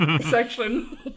section